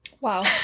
wow